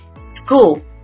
school